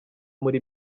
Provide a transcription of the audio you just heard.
muri